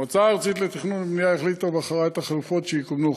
המועצה הארצית לתכנון ובנייה החליטה ובחרה את החלופות שיקודמו.